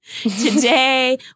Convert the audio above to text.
today